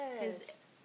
yes